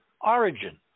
origin